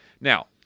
Now